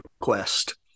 Quest